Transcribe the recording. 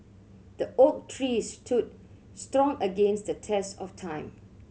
the oak tree stood strong against the test of time